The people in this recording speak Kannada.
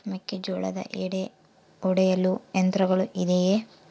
ಮೆಕ್ಕೆಜೋಳದ ಎಡೆ ಒಡೆಯಲು ಯಂತ್ರಗಳು ಇದೆಯೆ?